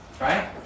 Right